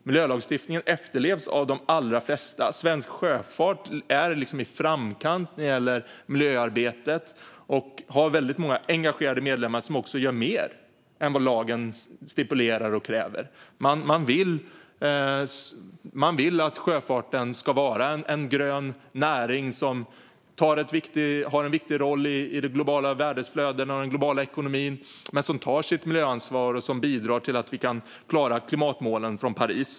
Miljölagstiftningen efterlevs av de allra flesta. Svensk Sjöfart är i framkant när det gäller miljöarbetet och har väldigt många engagerade medlemmar som också gör mer än vad lagen stipulerar och kräver. Man vill att sjöfarten ska vara en grön näring som har en viktig roll i de globala värdeflödena och den globala ekonomin men som tar sitt miljöansvar och som bidrar till att vi kan klara klimatmålen från Paris.